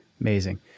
Amazing